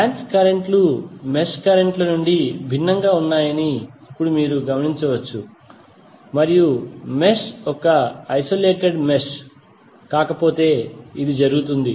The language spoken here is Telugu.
బ్రాంచ్ కరెంట్ లు మెష్ కరెంట్ ల నుండి భిన్నంగా ఉన్నాయని ఇప్పుడు మీరు గమనించవచ్చు మరియు మెష్ ఒక ఐసోలేటెడ్ మెష్ కాకపోతే ఇది జరుగుతుంది